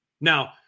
Now